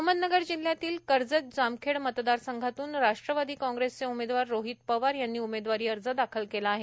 अहमदनगर जिल्ह्यातील कर्जत जामखेड मतदारसंघातून राष्ट्रवादी कांग्रेसचे उमेदवार रोहित पवार यांनी उमेदवारी अर्ज दाखल केला आहे